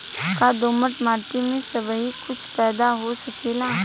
का दोमट माटी में सबही कुछ पैदा हो सकेला?